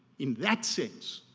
in that sense,